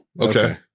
Okay